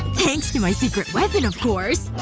thanks to my secret weapon, of course!